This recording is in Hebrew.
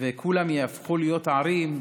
וכולן יהפכו להיות ערים,